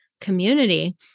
community